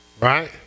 right